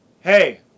Hey